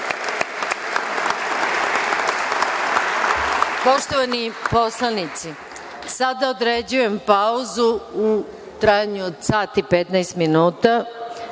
izboru. Poštovani poslanici, sada određujem pauzu u trajanju od sat i 15 minuta,